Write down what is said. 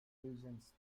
regents